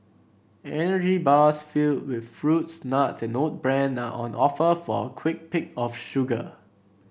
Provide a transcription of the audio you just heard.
energy bars filled with fruits nuts and oat bran are on offer for a quick pick of sugar